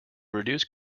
reduced